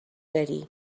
داری